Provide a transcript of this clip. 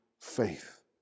faith